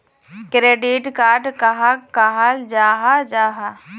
Credit card कहाक कहाल जाहा जाहा?